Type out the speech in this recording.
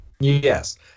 Yes